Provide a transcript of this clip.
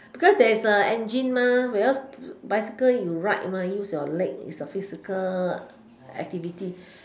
because there's a engine whereas bicycle you ride use your leg is a physical activity